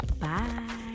Bye